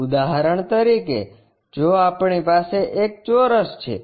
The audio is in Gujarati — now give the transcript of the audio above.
ઉદાહરણ તરીકે જો આપણી પાસે ચોરસ છે